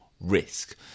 risk